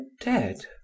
dead